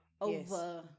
over